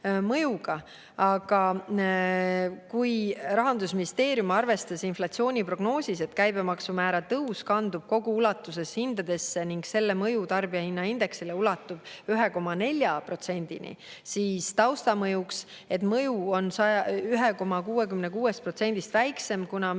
mõjuga. Rahandusministeerium arvestas inflatsiooni prognoosis, et käibemaksu määra tõus kandub kogu ulatuses hindadesse ning selle mõju tarbijahinnaindeksile ulatub 1,4%‑ni, kuid arvestas taustamõjuks, et mõju on 1,66%-st väiksem, kuna mitte